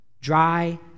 Dry